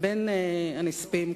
בין הנספים,